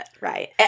Right